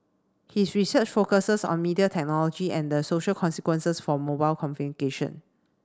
his research focuses on media technology and the social consequences for mobile